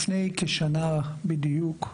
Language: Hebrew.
לפני כשנה בדיוק,